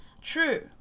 True